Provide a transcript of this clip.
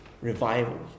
revival